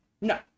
No